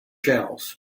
shells